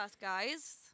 guys